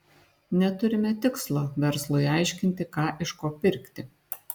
neturime tikslo verslui aiškinti ką iš ko pirkti